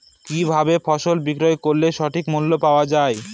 কি ভাবে ফসল বিক্রয় করলে সঠিক মূল্য পাওয়া য়ায়?